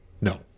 No